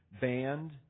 band